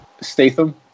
Statham